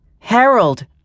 Harold